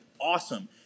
awesome